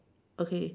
okay